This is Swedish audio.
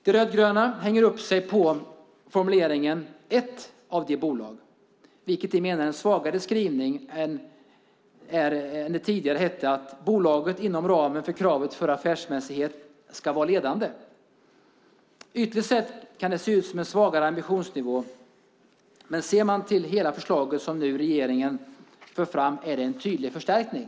De rödgröna hänger upp sig på formuleringen "ett av de bolag", vilket vi menar är en svagare skrivning än som det tidigare hette: att "bolaget inom ramen för kravet för affärsmässighet ska vara ledande". Ytligt sett kan det se ut som en svagare ambitionsnivå. Men sett till hela det förslag som regeringen nu för fram är det en tydlig förstärkning.